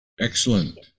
Excellent